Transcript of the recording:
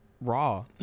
Raw